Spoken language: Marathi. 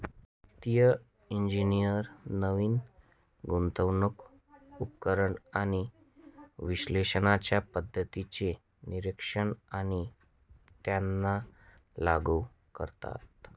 वित्तिय इंजिनियर नवीन गुंतवणूक उपकरण आणि विश्लेषणाच्या पद्धतींचे परीक्षण आणि त्यांना लागू करतात